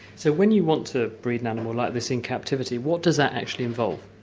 so when you want to breed an animal like this in captivity, what does that actually involve?